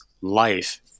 life